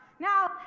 Now